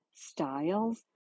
styles